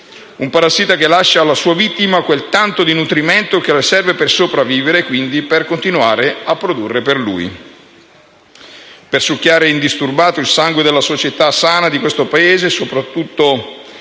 intelligente, che lascia alla sua vittima quel tanto di nutrimento che le serve per sopravvivere e quindi per continuare a produrre per lui, per succhiare indisturbata il sangue della società sana di questo Paese, soprattutto